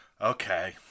okay